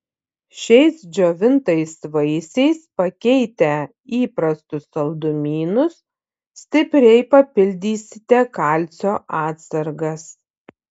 šiais džiovintais vaisiais pakeitę įprastus saldumynus stipriai papildysite kalcio atsargas